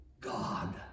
God